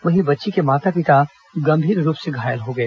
वहीं बच्ची के माता पिता गंभीर रुप से घायल हो गए